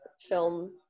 film